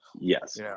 Yes